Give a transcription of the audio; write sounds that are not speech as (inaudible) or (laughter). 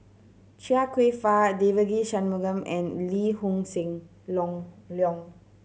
Chia Kwek Fah Devagi Sanmugam and Lee Hoon (unintelligible) Long Leong